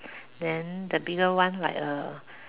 then the middle one like a